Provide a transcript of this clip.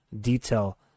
detail